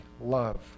love